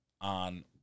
on